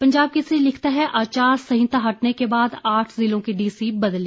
पंजाब केसरी लिखता है आचार संहिता हटने के बाद आठ जिलों के डीसी बदले